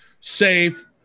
safe